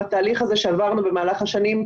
והתהליך הזה שעברנו במהלך השנים,